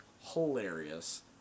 hilarious